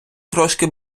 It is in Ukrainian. трошки